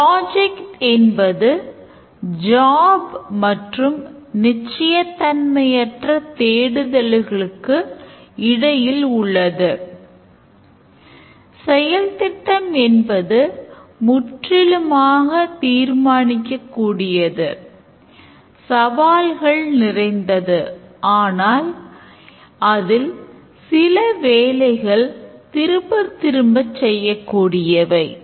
project என்பது முற்றிலுமாக தீர்மானிக்கக் கூடியது சவால்கள் நிறைந்தது ஆனால் அதில் சில வேலைகள் திரும்பத் திரும்ப செய்யக்கூடியவை